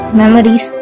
memories